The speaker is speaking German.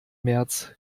märz